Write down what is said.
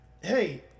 hey